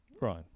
right